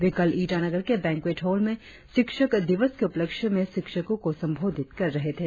वे कल ईटानगर के banquet hall में शिक्षक दिवस के उपलक्ष्य में शिक्षकों को संबोधित कर रहे थे